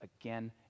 again